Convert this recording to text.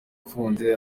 afunze